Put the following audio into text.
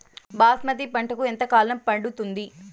బాస్మతి పంటకు ఎంత కాలం పడుతుంది?